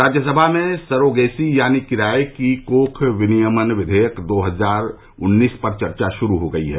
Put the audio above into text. राज्यसभा में सरोगेसी यानी किराए की कोख विनियमन विघेयक दो हजार उन्नीस पर चर्चा शुरू हो गई है